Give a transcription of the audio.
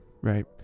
right